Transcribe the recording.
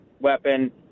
weapon